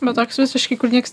bet toks visiškai kur niekas